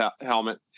helmet